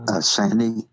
Sandy